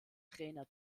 trainer